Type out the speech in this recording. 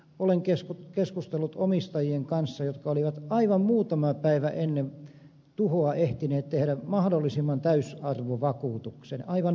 olen keskustellut omistajien kanssa jotka olivat aivan muutama päivä ennen tuhoa ehtineet tehdä täysarvovakuutuksen aivan maksimiinsa